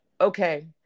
Okay